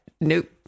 Nope